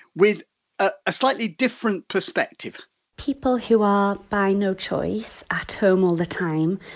with ah a slightly different perspective people who are, by no choice, at home all the time,